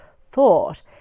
thought